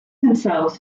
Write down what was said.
themselves